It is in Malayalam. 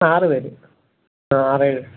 ആറുപേര് ആ ആറേഴ്